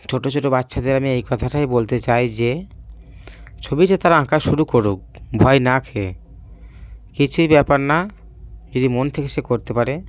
ছোট ছোট বাচ্চাদের আমি এই কথাটাই বলতে চাই যে ছবিটা তারা আঁকা শুরু করুক ভয় না খেয়ে কিছুই ব্যাপার না যদি মন থেকে সে করতে পারে